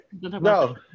No